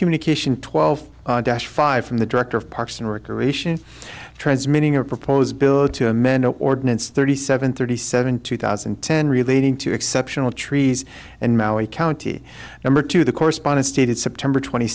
communication twelve dash five from the director of parks and recreation transmitting a proposed bill to amend ordinance thirty seven thirty seven two thousand and ten relating to exceptional trees and maui county number two the correspondence dated september twenty